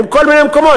בכל מיני מקומות,